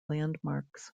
landmarks